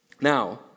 Now